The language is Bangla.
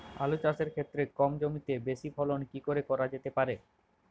আলু চাষের ক্ষেত্রে কম জমিতে বেশি ফলন কি করে করা যেতে পারে?